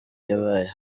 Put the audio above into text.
yabahaye